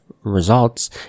results